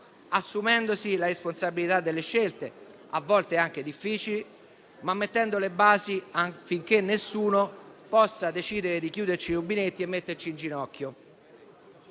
assumendosi la responsabilità delle scelte, a volte anche difficili, ma mettendo le basi affinché nessuno possa decidere di chiuderci i rubinetti e metterci in ginocchio.